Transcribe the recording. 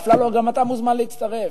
ואפללו, גם אתה מוזמן להצטרף.